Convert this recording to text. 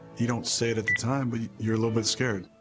you don't say it at the time, but you're a little bit scared.